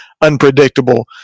unpredictable